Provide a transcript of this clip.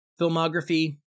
filmography